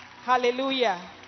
Hallelujah